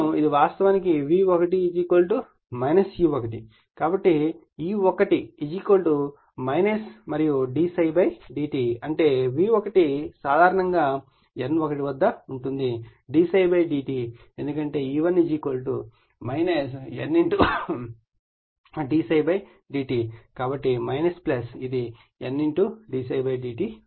కాబట్టి ఒక E1 మరియు d ψ dt అంటే V1 సాధారణంగా N1 వద్ద ఉంటుంది d ψ dt ఎందుకంటే E1 N1 d dt కాబట్టి ఇది N d ψ d t అవుతుంది